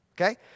Okay